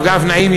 הרב גפני,